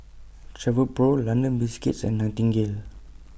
Travelpro London Biscuits and Nightingale